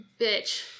bitch